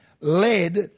led